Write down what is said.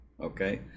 Okay